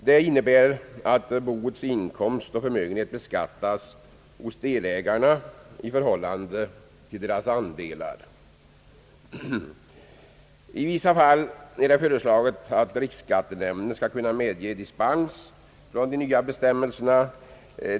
Det innebär att boets inkomster och förmögenhet beskattas hos delägarna i förhållande till deras andelar. I vissa fall skall enligt förslaget riksskattenämnden kunna medge dispens från denna regel.